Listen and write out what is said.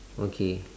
okay